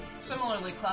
Similarly